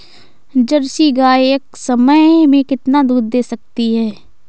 Jersey गाय एक समय में कितना दूध दे सकती है?